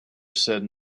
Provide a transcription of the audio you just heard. said